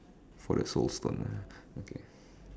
for the soul stone okay